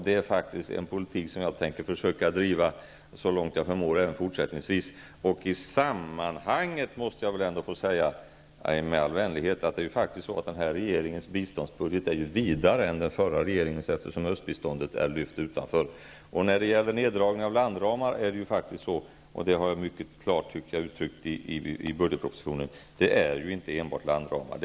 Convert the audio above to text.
Det är faktiskt en politik som jag tänker försöka att driva så långt jag förmår även fortsättningsvis. Med all vänlighet måste jag i det här sammanhanget få säga att den här regeringens biståndsbudget är vidare än den förra regeringens, eftersom östbiståndet har lyfts ut. När det gäller frågan om neddragning av landramar — och det har jag mycket klart uttryckt i budgetpropositionen — är det inte enbart dessa det handlar om.